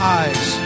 eyes